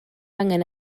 angen